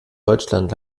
deutschland